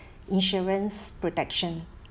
insurance protection